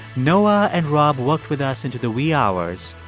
noah and rob worked with us into the wee hours,